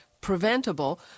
preventable